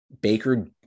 Baker